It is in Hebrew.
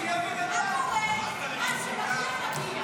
איפה הוויסקי?